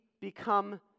become